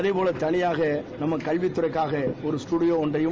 அதேபோல் தனியாக கல்வித்துறைக்காக ஒரு ஸ்டுடியோ ஒன்றையும்